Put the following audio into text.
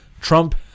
Trump